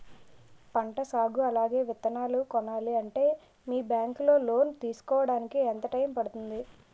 పంట సాగు అలాగే విత్తనాలు కొనాలి అంటే మీ బ్యాంక్ లో లోన్ తీసుకోడానికి ఎంత టైం పడుతుంది?